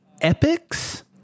epics